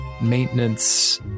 maintenance